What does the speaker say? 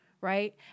right